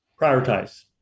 Prioritize